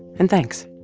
and thanks